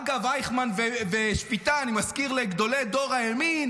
אגב אייכמן ושפיטה, אני מזכיר לגדולי דור הימין